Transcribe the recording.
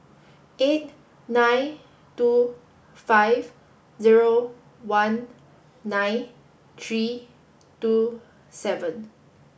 eight nine two five zero one nine three two seven